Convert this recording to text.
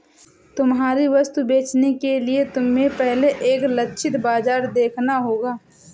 तुम्हारी वस्तुएं बेचने के लिए तुम्हें पहले एक लक्षित बाजार देखना होगा